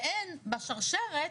ואין בשרשרת